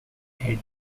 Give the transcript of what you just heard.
head